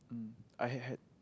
mm I had had